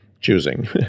choosing